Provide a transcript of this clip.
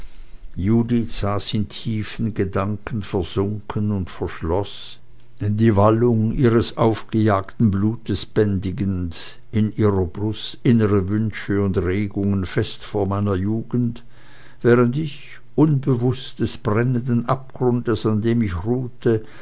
judith saß in tiefen gedanken versunken und verschloß die wallung ihres aufgejagten blutes bändigend in ihrer brust innere wünsche und regungen fest vor meiner jugend während ich unbewußt des brennenden abgrundes an dem ich ruhte